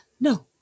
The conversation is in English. no